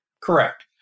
Correct